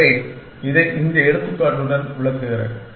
எனவே இதை இந்த எடுத்துக்காட்டுடன் விளக்குகிறேன்